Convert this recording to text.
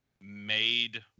made